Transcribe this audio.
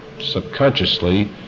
subconsciously